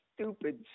stupid